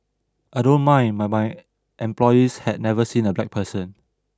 I don't mind but my employees have never seen a black person